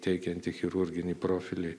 teikianti chirurginį profilį